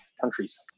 countries